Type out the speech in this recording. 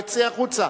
יצא החוצה.